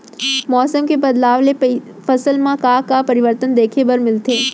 मौसम के बदलाव ले फसल मा का का परिवर्तन देखे बर मिलथे?